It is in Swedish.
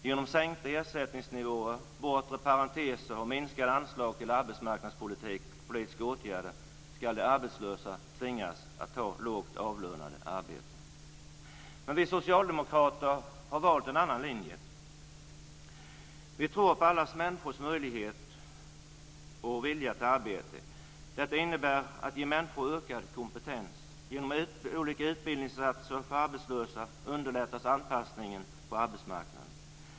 Genom sänkta ersättningsnivåer, bortre parenteser och minskade anslag till arbetsmarknadspolitiska åtgärder ska arbetslösa tvingas att ta lågt avlönade arbeten. Vi socialdemokrater har valt en annan linje. Vi tror på alla människors möjligheter och vilja till arbete. Det innebär att man ger människor ökad kompetens. Genom olika utbildningsinsatser för arbetslösa underlättas deras anpassning till arbetsmarknaden.